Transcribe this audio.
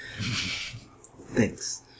Thanks